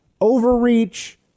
overreach